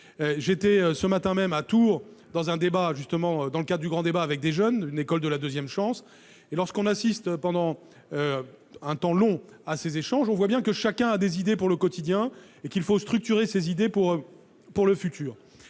J'étais ce matin à Tours, pour discuter, dans le cadre du grand débat, avec des jeunes d'une école de la deuxième chance. Lorsque l'on assiste pendant un temps long à de tels échanges, on voit bien que chacun a des idées pour le quotidien, idées qu'il faut structurer pour le futur.